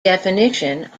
definition